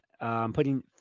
putting